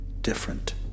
different